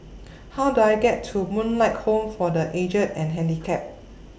How Do I get to Moonlight Home For The Aged and Handicapped